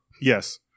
Yes